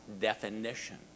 definition